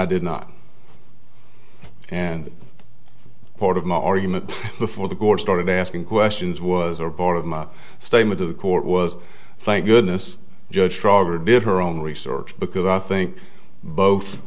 i did not and part of my argument before the court started asking questions was a report of my statement of the court was thank goodness judge drugger did her own research because i think both